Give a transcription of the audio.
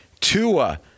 Tua